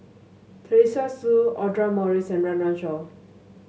Teresa Hsu Audra Morrice and Run Run Shaw